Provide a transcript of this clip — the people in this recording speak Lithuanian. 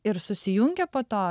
ir susijungia po to